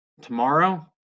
tomorrow